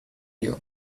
you